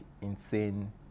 insane